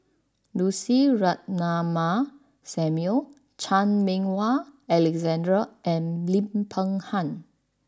Lucy Ratnammah Samuel Chan Meng Wah Alexander and Lim Peng Han